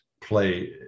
play